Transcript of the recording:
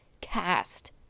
cast